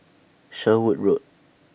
Sherwood Road